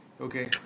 Okay